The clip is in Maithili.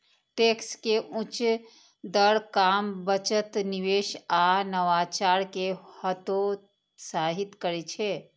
टैक्स के उच्च दर काम, बचत, निवेश आ नवाचार कें हतोत्साहित करै छै